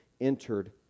entered